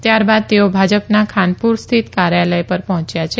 ત્યારબાદ તેઓ ભાજપના ખાનપુર સ્થિત કાર્યાલય પર પહોંચ્યા છે